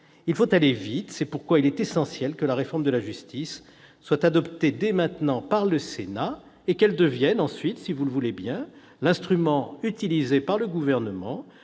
il faut aller vite. C'est pourquoi il est essentiel que la réforme de la justice soit adoptée dès maintenant par le Sénat et qu'elle devienne ensuite, si vous le voulez bien, un instrument entre les mains du Gouvernement